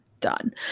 done